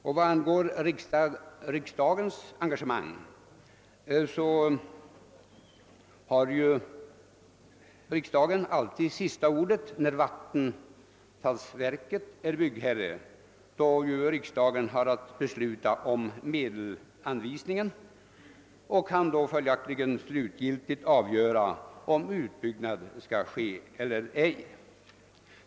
Vad angår riksdagens engagemang har riksdagen alltid sista ordet när vattenfallsverket är byggherre, eftersom riksdagen har att besluta om medelsanvisningen och då slutgiltigt kan avgöra om utbyggnad skall ske eller inte.